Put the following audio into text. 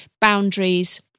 boundaries